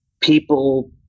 people